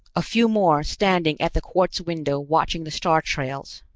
a few more standing at the quartz window watching the star-trails,